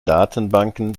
datenbanken